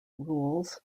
rules